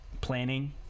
Planning